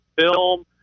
Film